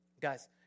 Guys